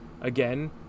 again